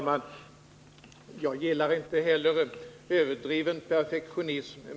Herr talman! Inte heller jag gillar överdriven perfektionism.